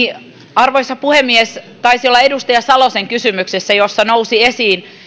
arvoisa puhemies taisi olla edustaja salosen kysymys jossa nousi esiin